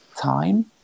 time